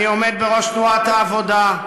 אני עומד בראש תנועת העבודה,